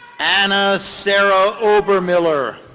anna sarah obermiller.